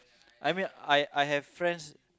I mean I I have friends